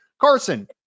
Carson